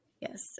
Yes